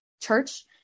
church